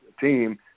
team